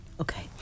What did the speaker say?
okay